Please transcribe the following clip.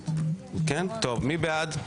טוב, מי בעד?